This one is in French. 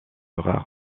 rare